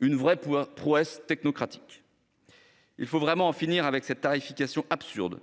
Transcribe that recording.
une vraie prouesse technocratique ! Il faut vraiment en finir avec cette tarification absurde